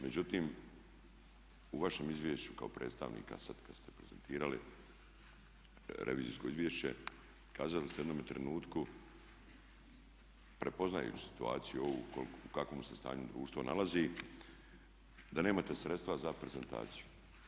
Međutim, u vašem izvješću kao predstavnika sad kad ste prezentirali revizijsko izvješće kazali ste u jednome trenutku prepoznajući situaciju ovu u kakvom se stanju društvo nalazi da nemate sredstva za prezentaciju.